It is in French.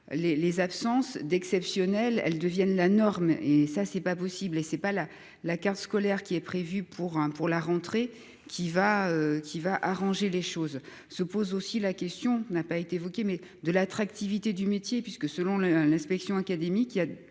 les absences d'exceptionnel. Elles deviennent la norme et ça c'est pas possible et c'est pas la, la carte scolaire qui est prévu pour un, pour la rentrée qui va qui va arranger les choses. Se pose aussi la question n'a pas été vous mais de l'attractivité du métier puisque selon le l'inspection académique,